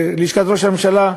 וללשכת ראש הממשלה,